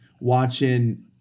watching